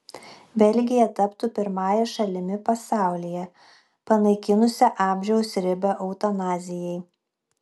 belgija taptų pirmąją šalimi pasaulyje panaikinusia amžiaus ribą eutanazijai